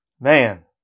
Man